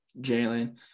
Jalen